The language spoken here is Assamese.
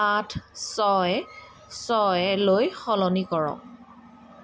আঠ ছয় ছয়লৈ সলনি কৰক